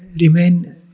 remain